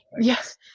Yes